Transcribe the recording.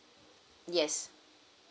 yes